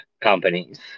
companies